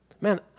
Man